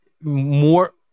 more